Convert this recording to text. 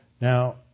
Now